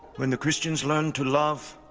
when the christians learn to love,